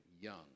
young